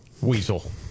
weasel